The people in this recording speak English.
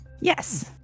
Yes